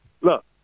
Look